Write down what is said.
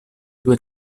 due